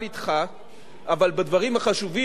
אבל בדברים החשובים והגדולים באמת,